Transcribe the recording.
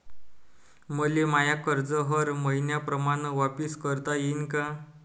मले माय कर्ज हर मईन्याप्रमाणं वापिस करता येईन का?